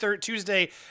Tuesday